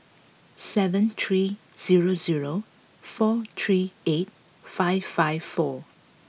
seven three zero zero four three eight five five four